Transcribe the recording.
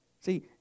See